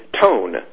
tone